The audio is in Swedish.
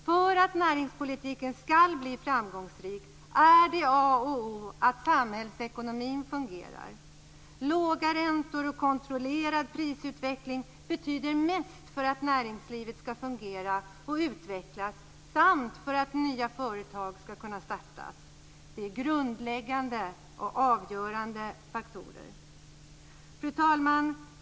För att näringspolitiken skall bli framgångsrik är det A och O att samhällsekonomin fungerar. Låga räntor och kontrollerad prisutveckling betyder mest för att näringslivet skall fungera och utvecklas och för att nya företag skall kunna startas. Det är grundläggande och avgörande faktorer. Fru talman!